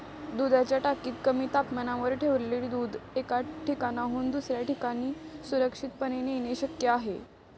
दुधाच्या टाकीत कमी तापमानात ठेवलेले दूध एका ठिकाणाहून दुसऱ्या ठिकाणी सुरक्षितपणे नेणे शक्य आहे